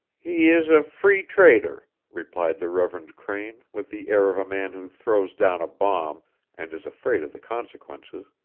he is a free trader, replied the reverend crane with the air of a man who throws down a bomb and is afraid of the consequences.